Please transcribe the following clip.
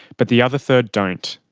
but the other third don't.